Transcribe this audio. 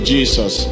Jesus